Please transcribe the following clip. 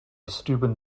steuben